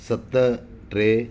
सत टे